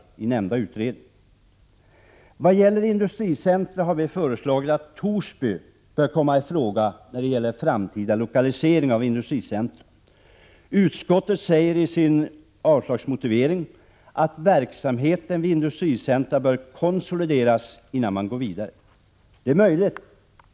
Vad gäller statliga industricentra har vi föreslagit att Torsby bör komma i fråga när det gäller framtida lokalisering av sådana. Utskottet säger i sin avslagsmotivering under rubriken Industricentra att ”verksamheten vid industricentra bör konsolideras” innan man går vidare och tar ställning till ytterligare etableringar.